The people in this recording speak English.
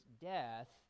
death